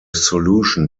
solution